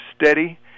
steady